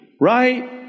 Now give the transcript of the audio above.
right